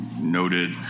noted